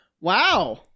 Wow